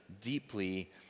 deeply